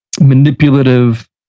manipulative